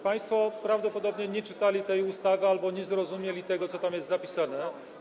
Państwo prawdopodobnie nie czytali tej ustawy albo nie zrozumieli tego, co tam jest zapisane.